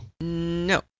No